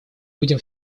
будем